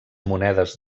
monedes